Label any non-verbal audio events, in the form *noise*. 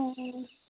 *unintelligible*